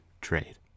trade